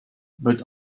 but